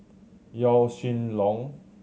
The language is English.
Yaw Shin Leong